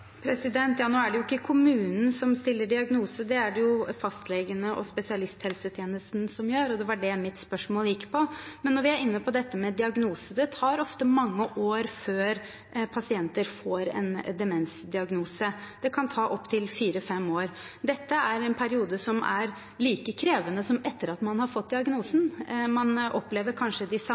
Ja, nå er det jo ikke kommunen som stiller diagnose, det er det fastlegene og spesialisthelsetjenesten som gjør, og det var det mitt spørsmål gikk på. Men når vi er inne på dette med diagnose: Det tar ofte mange år før pasienter får en demensdiagnose. Det kan ta opptil fire–fem år. Dette er en periode som er like krevende som etter at man har fått diagnosen. Man opplever kanskje de samme